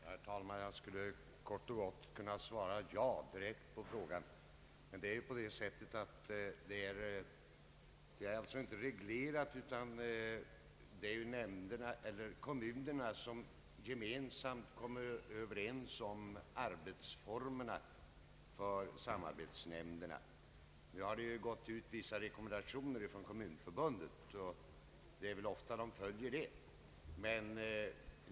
Herr talman! Jag skulle kort och gott kunna svara ja på herr Axel Kristianssons fråga. Det finns emellertid inte några reglerande föreskrifter, utan kommunerna blir gemensamt överens om arbetsformerna i samarbetsnämnderna. Vissa rekommendationer har lämnats av Kommunförbundet, och det är ofta man följer dessa.